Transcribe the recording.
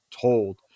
told